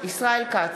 ישראל כץ,